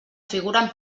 figuren